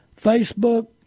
Facebook